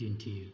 दिन्थियो